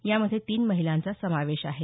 यामध्ये तीन महिलांचा समावेश आहे